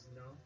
no